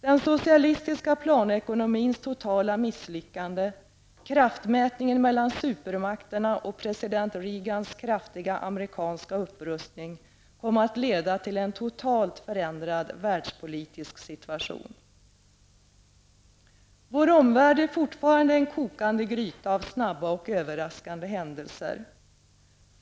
Den socialistiska planekonomins totala misslyckande, kraftmätningen mellan supermakterna och president Reagans kraftiga amerikanska upprustning kom att leda till en totalt förändrad världspolitisk situation. Vår omvärld är fortfarande en kokande gryta av snabba och överraskande händelser.